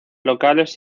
locales